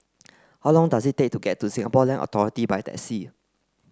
how long does it take to get to Singapore Land Authority by taxi